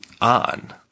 on